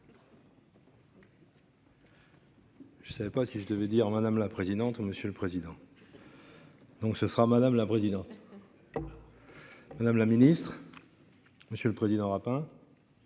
Je ne savais pas si je devais dire madame la présidente, monsieur le président. Donc ce sera madame la présidente. Madame la Ministre. Monsieur le Président rap